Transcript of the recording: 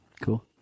Cool